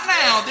now